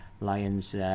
Lions